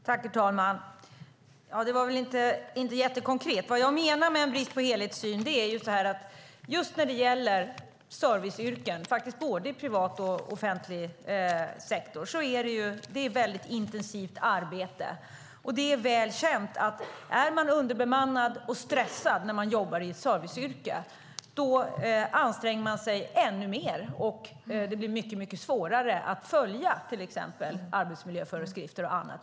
Herr talman! Det var inte ett jättekonkret svar. Vad jag menar med en brist på helhetssyn är att just när det gäller serviceyrken, faktiskt både i privat och i offentlig sektor, är arbetet väldigt intensivt. Det är väl känt att är personalstyrkan underbemannad och man är stressad i ett serviceyrke anstränger man sig ännu mer, och det blir mycket svårare att följa arbetsmiljöföreskrifter och annat.